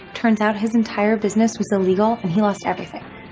turns out his entire business was illegal and he lost everything.